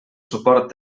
suport